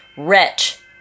Wretch